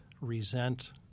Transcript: resent